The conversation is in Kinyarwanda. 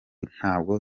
ntabwo